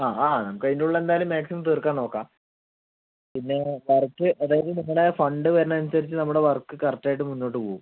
ആ ആ നമുക്ക് അതിൻ്റെ ഉള്ള് എന്തായാലും മാക്സിമം തീർക്കാൻ നോക്കാം പിന്നെ വരയ്ക്ക് അതായത് നിങ്ങളുടെ ഫണ്ട് വരണ അനുസരിച്ച് നമ്മടെ വർക്ക് കറക്റ്റായിട്ട് മുന്നോട്ട് പോകും